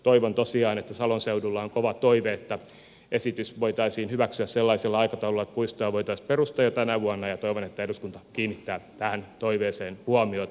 toivon tosiaan ja salon seudulla on kova toive että esitys voitaisiin hyväksyä sellaisella aikataululla että puisto voitaisiin perustaa jo tänä vuonna ja toivon että eduskunta kiinnittää tähän toiveeseen huomiota